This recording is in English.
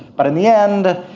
but in the end,